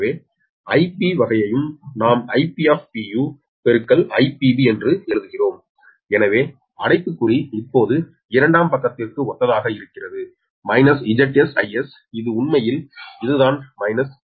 எனவே Ip வகையும் நாம் Ip IpB என்று எழுதுகிறோம் எனவே அடைப்புக்குறி இப்போது இரண்டாம் பக்கத்திற்கு ஒத்ததாக இருக்கிறது - இது உண்மையில் இதுதான் -